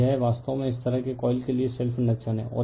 तो यह वास्तव में इस तरह के कॉइल के लिए सेल्फ इंडक्शन है